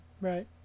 Right